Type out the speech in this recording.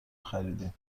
خریدیم